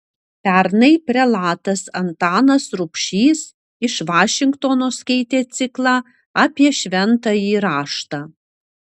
pernai prelatas antanas rubšys iš vašingtono skaitė ciklą apie šventąjį raštą